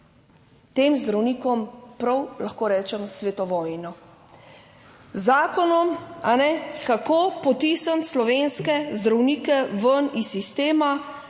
tem zdravnikom, prav, lahko rečem, sveto vojno. Z zakonom, kajne, kako potisniti slovenske zdravnike ven iz sistema,